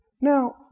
Now